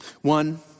One